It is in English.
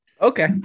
okay